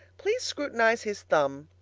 please scrutinize his thumb.